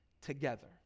together